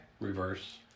reverse